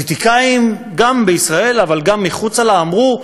פוליטיקאים, גם בישראל, אבל גם מחוצה לה, אמרו: